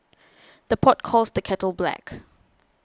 the pot calls the kettle black